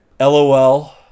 LOL